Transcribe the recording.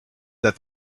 that